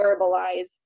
verbalize